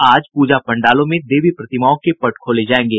आज प्रजा पंडालों में देवी प्रतिमाओं के पट खोले जायेंगे